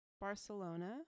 Barcelona